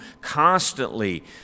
constantly